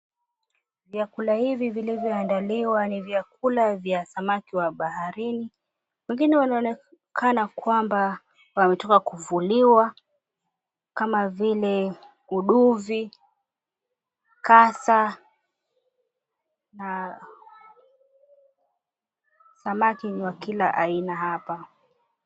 Vyakula hivi vilivyoandaliwa ni vyakula vya samaki wa baharini. Wengine wanaonekana kwamba wametoka kuvuliwa kama vile udovi, kasa na samaki ni wa kila aina hapa.